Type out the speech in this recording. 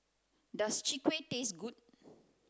does chwee kueh taste good